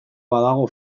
badago